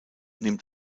nimmt